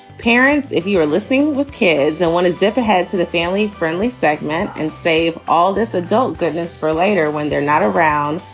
parents, if you are listening with kids and want to zip ahead to the family friendly segment and save all this adult goodness for later when they're not around.